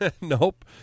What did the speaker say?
Nope